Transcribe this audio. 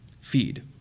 Feed